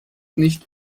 nicht